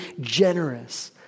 generous